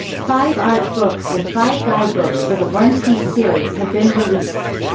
five art books and five guidebooks for the one piece series have been released.